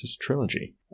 Trilogy